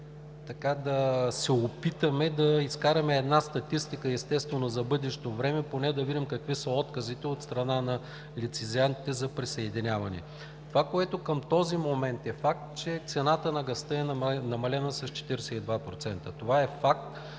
и да се опитаме да изкараме една статистика, естествено за бъдещо време, поне да видим какви са отказите от страна на лицензиантите за присъединяване. Към този момент е факт, че цената на газта е намалена с 42%. Това е факт